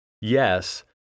Yes